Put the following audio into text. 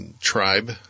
tribe